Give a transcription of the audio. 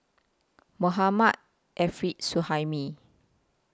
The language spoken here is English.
Mohammad Arif Suhaimi